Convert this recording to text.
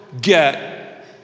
get